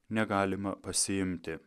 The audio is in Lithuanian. negalima pasiimti